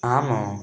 ଆମ